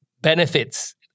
benefits